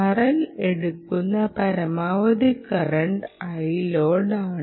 RL എടുക്കുന്ന പരമാവധി current ആണ്